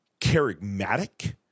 charismatic